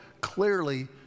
clearly